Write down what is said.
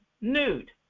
nude